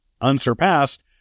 unsurpassed